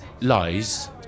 lies